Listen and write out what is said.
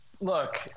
look